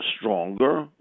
stronger